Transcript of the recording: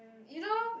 you know